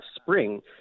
spring